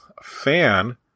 fan